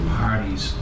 parties